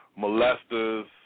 molesters